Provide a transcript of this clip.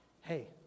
Hey